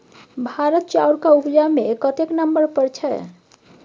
भारत चाउरक उपजा मे कतेक नंबर पर छै?